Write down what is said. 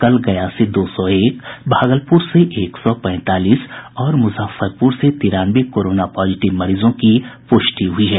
कल गया से दो सौ एक भागलपुर से एक सौ पैंतालीस और मुजफ्फरपुर से तिरानवे कोरोना पॉजिटिव मरीजों की पुष्टि हुई है